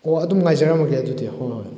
ꯍꯣꯏ ꯑꯗꯨꯝ ꯉꯥꯏꯖꯔꯝꯂꯒꯦ ꯑꯗꯨꯗꯤ ꯍꯣꯏ ꯍꯣꯏ